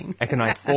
economic